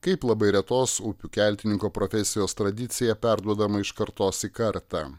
kaip labai retos upių keltininko profesijos tradicija perduodama iš kartos į kartą